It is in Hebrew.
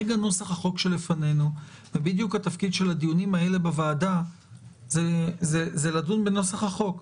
התפקיד של הדיונים האלה בוועדה זה בדיוק לדון בנוסח החוק.